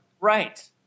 Right